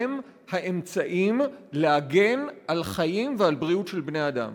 הם האמצעים להגן על חיים ועל בריאות של בני-אדם.